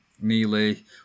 nearly